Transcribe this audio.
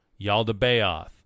Yaldabaoth